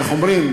איך אומרים,